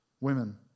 women